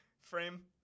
frame